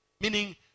meaning